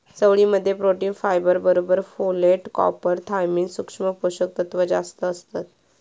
चवळी मध्ये protein, fibre बरोबर फोलेट, कॉपर, थायमिन, सुक्ष्म पोषक तत्त्व जास्तं असतत